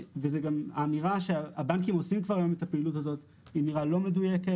גם האמירה שהבנקים היום כבר עושים את הפעילות הזאת היא אמירה לא מדויקת.